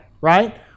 right